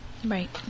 Right